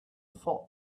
thought